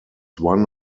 one